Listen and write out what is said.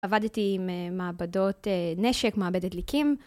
עבדתי עם מעבדות נשק, מעבדת דליקים.